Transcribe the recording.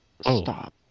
stop